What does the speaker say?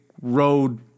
road